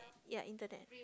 ya internet